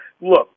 Look